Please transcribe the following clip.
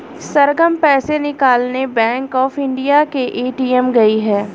सरगम पैसे निकालने bank of India के ए.टी.एम गई है